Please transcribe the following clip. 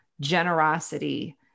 generosity